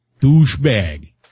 Douchebag